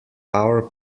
our